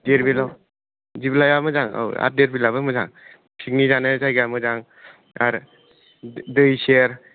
दिरबिलाव दिबलाया मोजां औ आर दिरबिलाबो मोजां पिगनिक जानो जायगाया मोजां आर दै सेर